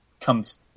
comes